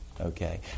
Okay